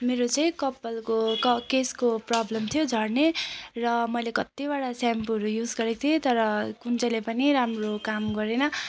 मेरो चाहिँ कपालको केशको प्रब्लम थियो झर्ने र मैले कत्तिवटा सेम्पूहरू युज गरेको थिएँ तर कुन चाहिँ ले पनि राम्रो काम गरेन